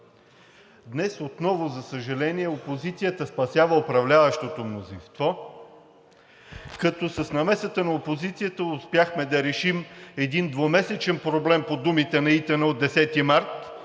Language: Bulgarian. Днес отново, за съжаление, опозицията спасява управляващото мнозинство. С намесата на опозицията успяхме да решим един двумесечен проблем, по думите на ИТН, от 10 март,